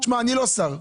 תשמע אני לא שר,